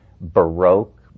baroque